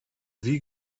wie